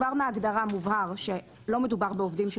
כבר בהגדרה מובהר של מדובר בעובדים של